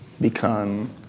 become